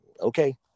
okay